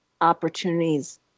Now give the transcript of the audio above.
opportunities